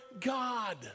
God